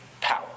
power